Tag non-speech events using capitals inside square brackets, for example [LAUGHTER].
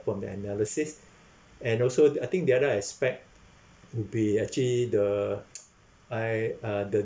from the analysis and also the I think the other aspect would be actually the [NOISE] I uh the